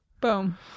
Boom